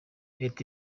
leta